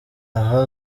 aha